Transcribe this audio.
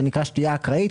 וזה נקרא שתייה אקראית.